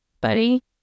buddy